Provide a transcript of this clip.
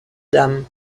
dames